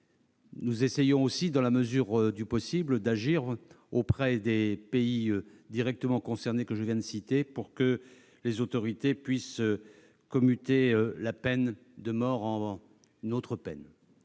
Nous essayons aussi, dans la mesure du possible, d'agir auprès des pays directement concernés que je viens de citer, pour que les autorités puissent commuer la peine de mort en une autre peine.